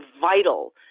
vital